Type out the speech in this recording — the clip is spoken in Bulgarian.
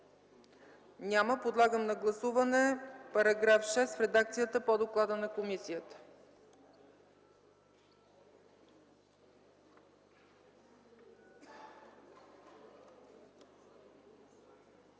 Няма. Подлагам на гласуване § 6 в редакцията по доклада на комисията.